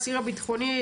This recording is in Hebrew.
האסיר בטחוני,